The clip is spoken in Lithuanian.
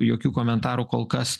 jokių komentarų kol kas